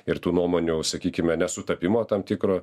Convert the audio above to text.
ir tų nuomonių sakykime nesutapimo tam tikro